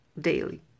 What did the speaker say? daily